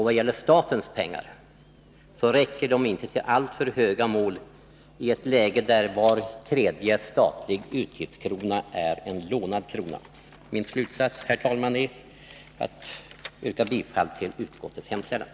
Vad gäller statens pengar räcker de inte till alltför höga mål i ett läge där var tredje statlig utgiftskrona är en lånad krona. Jag yrkar bifall till utskottets hemställan.